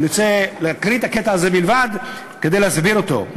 אני רוצה להקריא את הקטע הזה בלבד כדי להסביר אותו,